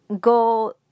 go